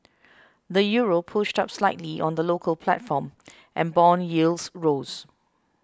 the Euro pushed up slightly on the local platform and bond yields rose